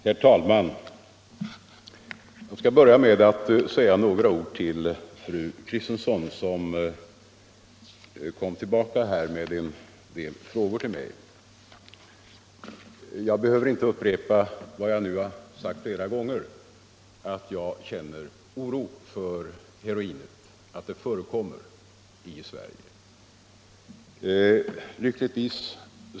Herr talman! Jag skall börja med att säga några ord till fru Kristensson som kom tillbaka med en del frågor till mig. Jag behöver inte upprepa vad jag nu har sagt flera gånger, nämligen att jag känner oro för att heroinet förekommer i Sverige.